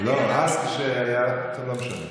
לא, אז כשהיה, טוב, לא משנה.